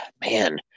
man